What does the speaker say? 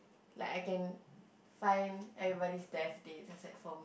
like I can find everybody's death date except for